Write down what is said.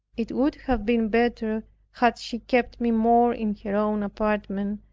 it would have been better had she kept me more in her own apartment,